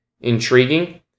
intriguing